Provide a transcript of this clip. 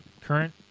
current